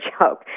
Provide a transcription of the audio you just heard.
joke